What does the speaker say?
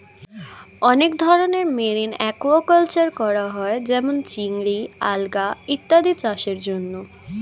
অনেক ধরনের marine aquaculture করা হয় যেমন চিংড়ি, আলগা ইত্যাদি চাষের জন্যে